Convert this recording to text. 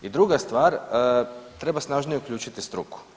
I druga stvar, treba snažnije uključiti struku.